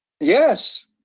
Yes